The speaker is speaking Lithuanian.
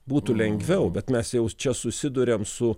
būtų lengviau bet mes jau čia susiduriam su